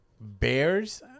bears